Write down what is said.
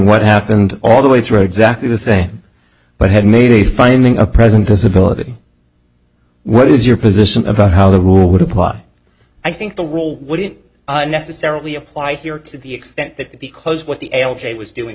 what happened all the way through exactly the same but had made a finding a present disability what is your position about how the rule would apply i think the rule wouldn't necessarily apply here to the extent that because what the l j was doing